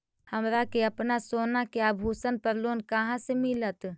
हमरा के अपना सोना के आभूषण पर लोन कहाँ से मिलत?